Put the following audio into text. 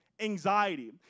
anxiety